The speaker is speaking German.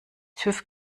tüv